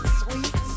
sweet